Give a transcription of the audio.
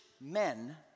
men